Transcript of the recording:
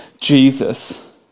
Jesus